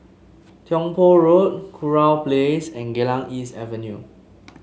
Tiong Poh Road Kurau Place and Geylang East Avenue